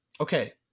okay